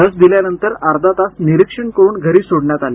लस दिल्यानंतर अर्धा तास निरीक्षण करून घरी सोडण्यात आले